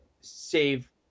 save